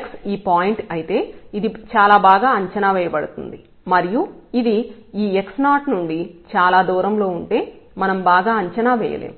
x ఈ point అయితే ఇది చాలా బాగా అంచనా వేయబడుతుంది మరియు ఇది ఈ x0 నుండి చాలా దూరంలో ఉంటే మనం బాగా అంచనా వేయలేం